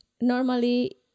normally